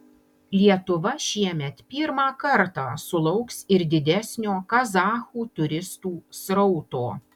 lietuva šiemet pirmą kartą sulauks ir didesnio kazachų turistų srauto